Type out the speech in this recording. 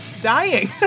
dying